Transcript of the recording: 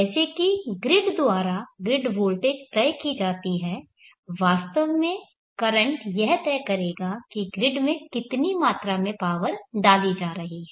जैसे की ग्रिड द्वारा ग्रिड वोल्टेज तय की जाती है वास्तव में करंट यह तय करेगा कि ग्रिड में कितनी मात्रा में पावर डाली जा रही है